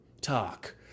talk